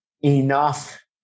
Enough